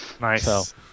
Nice